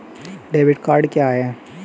Debit card क्या है?